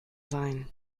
sein